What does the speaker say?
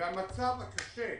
והמצב הקשה,